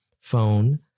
phone